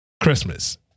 Christmas